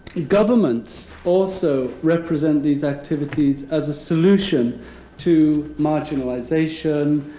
governments also represent these activities as a solution to marginalization,